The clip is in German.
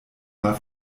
mal